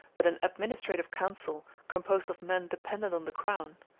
but an administrative council composed of men dependent on the crown,